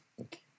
Okay